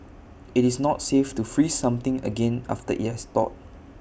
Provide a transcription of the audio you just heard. IT is not safe to freeze something again after IT has thawed